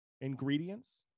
ingredients